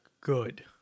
good